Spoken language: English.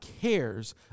cares